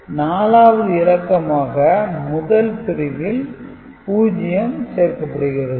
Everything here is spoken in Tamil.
4 ஆவது இலக்கமாக முதல் பிரிவில் 0 சேர்க்கப்படுகிறது